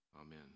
amen